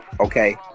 Okay